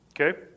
Okay